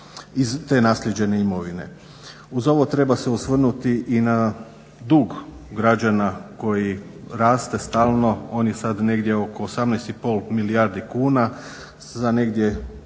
Uz ovo treba se osvrnuti i na dug građana koji raste stalno, on je sada negdje oko 18,5 milijardi kuna, za negdje blizu